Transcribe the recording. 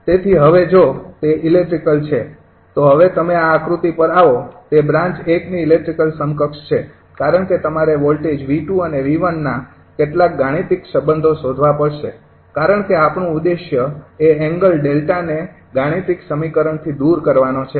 તેથી હવે જો તે ઇલેક્ટ્રિકલ છે તો હવે તમે આ આકૃતિ પર આવો તે બ્રાન્ચ ૧ ની ઇલેક્ટ્રિકલ સમકક્ષ છે કારણ કે તમારે વોલ્ટેજ 𝑉૨ and 𝑉૧ ના કેટલાક ગાણિતિક સંબંધો શોધવા પડશે કારણ કે આપણું ઉદ્દેશ્ય એ એંગલ ડેલ્ટા ને ગાણિતિક સમીકરણ થી દૂર કરવાનો છે